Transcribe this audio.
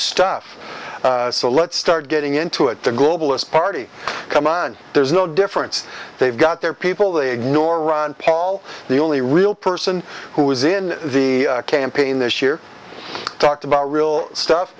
stuff so let's start getting into it the globalist party come on there's no difference they've got their people they ignore ron paul the only real person who is in the campaign this year talked about real stuff